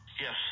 Yes